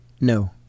No